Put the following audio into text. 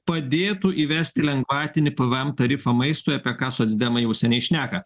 padėtų įvesti lengvatinį pvm tarifą maistui apie ką socdemai jau seniai šneka